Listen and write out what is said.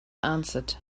answered